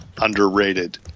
underrated